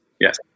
Yes